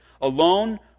Alone